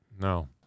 No